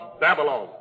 Babylon